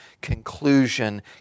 conclusion